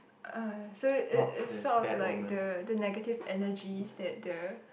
uh so it is sort of like the the negative energies that the